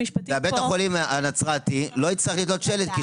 בית החולים הנצרתי לא יצטרך לתלות שלט כי